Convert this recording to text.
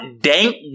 dank